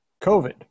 COVID